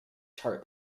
chart